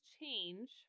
change